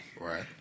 Right